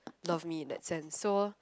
love me in that sense so